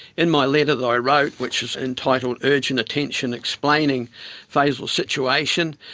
in my letter that i wrote, which is entitled urgent attention explaining fazel's situation,